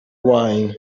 wine